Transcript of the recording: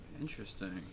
interesting